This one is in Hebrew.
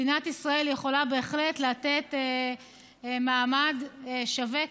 מדינת ישראל יכולה בהחלט לתת מעמד שווה,